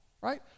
right